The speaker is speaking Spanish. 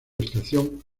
estación